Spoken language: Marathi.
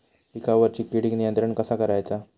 पिकावरची किडीक नियंत्रण कसा करायचा?